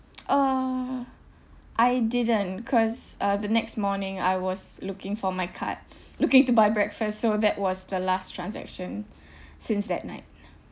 uh I didn't cause uh the next morning I was looking for my card looking to buy breakfast so that was the last transaction since that night